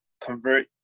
convert